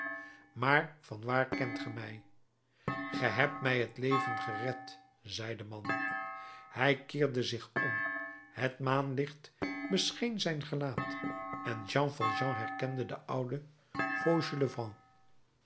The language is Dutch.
maar van waar kent ge mij ge hebt mij het leven gered zei de man hij keerde zich om het maanlicht bescheen zijn gelaat en jean valjean herkende den ouden fauchelevent